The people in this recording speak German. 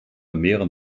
mehren